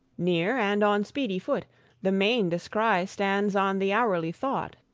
near and on speedy foot the main descry stands on the hourly thought.